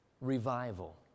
Revival